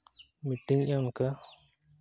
meeting ᱮᱫᱼᱟ ᱚᱱᱠᱟ